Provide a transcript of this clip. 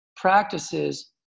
Practices